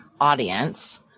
audience